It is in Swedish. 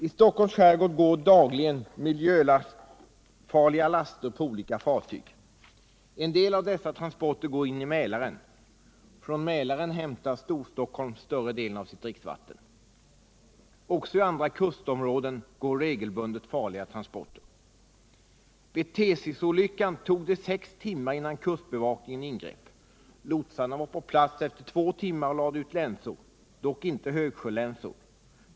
I Stockholms skärgård går dagligen miljöfarliga laster på olika fartyg. En del av dessa transporter går in i Mälaren. Från Mälaren hämtar Storstockholm större delen av sitt dricksvatten. Också i andra kustområden går regelbundet farliga transporter. Vid Tsesisolyckan tog det sex timmar innan kustbevakningen ingrep. Lotsarna var på plats efter två timmar och lade ut länsor — dock inte högsjölänsor.